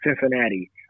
Cincinnati